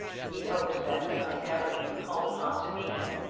he hoped that he might never be called upon to meet him.